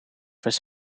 his